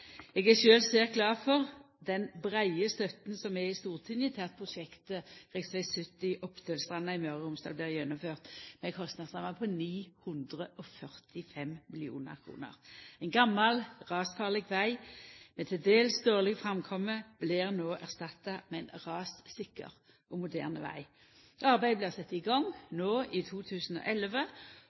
Eg er sjølv svært glad for den breie støtta i Stortinget til at prosjektet rv. 70 Oppdølstranda i Møre og Romsdal blir gjennomført med ei kostnadsramme på 945 mill. kr. Ein gammal, rasfarleg veg med til dels dårleg framkome blir no erstatta med ein rassikker og moderne veg. Arbeidet blir sett i gang no i 2011